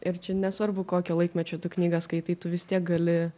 ir čia nesvarbu kokio laikmečio tu knygą skaitai tu vis tiek gali